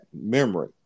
memory